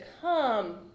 come